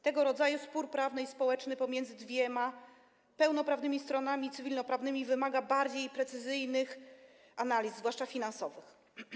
Tego rodzaju spór prawny i społeczny pomiędzy dwiema pełnoprawnymi stronami cywilnoprawnymi wymaga bardziej precyzyjnych analiz, zwłaszcza finansowych.